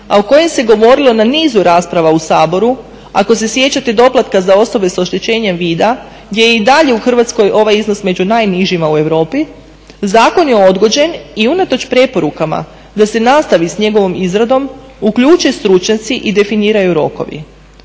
a o kojem se govorilo na nizu rasprava u Saboru. Ako se sjećate doplatka za osobe sa oštećenjem vida gdje je i dalje u Hrvatskoj ovaj iznos među najnižima u Europi zakon je odgođen i unatoč preporukama da se nastavi s njegovom izradom uključe stručnjaci i definiraju rokovi.